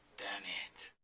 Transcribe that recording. damn it.